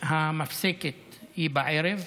המפסקת היא בערב.